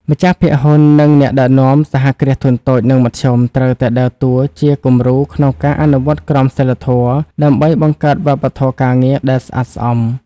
ម្ចាស់ភាគហ៊ុន និងអ្នកដឹកនាំ សហគ្រាសធុនតូច និងមធ្យម ត្រូវតែដើរតួជាគំរូក្នុងការអនុវត្តក្រមសីលធម៌ ដើម្បីបង្កើតវប្បធម៌ការងារដែលស្អាតស្អំ។